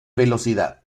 velocidad